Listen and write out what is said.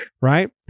right